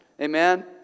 Amen